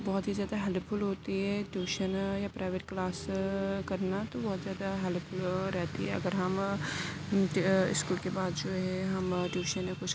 بہت ہی زیادہ ہیلپ فل ہوتی ہے ٹیوشن یا پرائیویٹ کلاس کرنا تو بہت زیادہ ہیلپ فل رہتی ہے اگر ہم اسکول کے بعد جو ہے ہم ٹیوشن کچھ